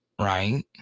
right